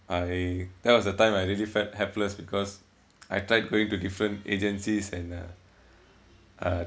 I that was the time I really felt helpless because I tried going to different agencies and uh uh